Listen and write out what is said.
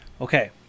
Okay